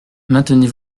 maintenez